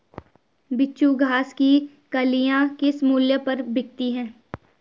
बिच्छू घास की कलियां किस मूल्य पर बिकती हैं?